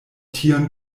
tion